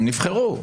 הם נבחרו.